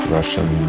Russian